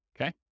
Okay